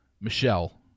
Michelle